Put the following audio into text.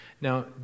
Now